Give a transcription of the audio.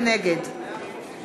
נגד